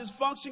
dysfunction